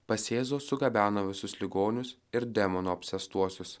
pas jėzų sugabeno visus ligonius ir demonų apsėstuosius